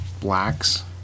Blacks